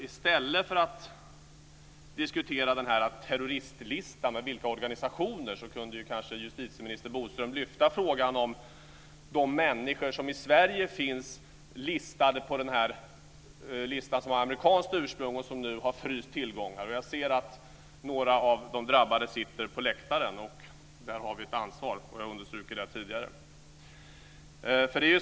I stället för att diskutera terroristlistan med vilka organisationer som ingår så kunde kanske justitieministern Bodström lyfta fram frågan om de människor som i Sverige finns listade på den lista som har amerikanskt ursprung och som man nu har fryst tillgångarna för. Jag ser att några av de drabbade sitter på läktaren. Där har vi ett ansvar, vilket jag har understrukit tidigare.